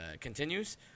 continues